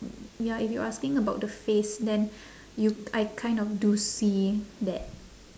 ya if you asking about the face then you I kind of do see that